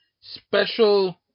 special